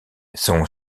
son